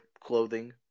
clothing